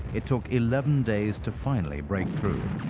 it took eleven days to finally break through,